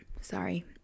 sorry